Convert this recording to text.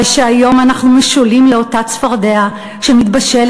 הרי שהיום אנחנו משולים לאותה צפרדע שמתבשלת